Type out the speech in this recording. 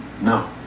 no